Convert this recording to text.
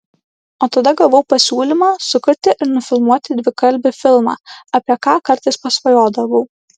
o tada gavau pasiūlymą sukurti ir nufilmuoti dvikalbį filmą apie ką kartais pasvajodavau